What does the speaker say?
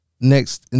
next